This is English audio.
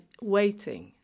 waiting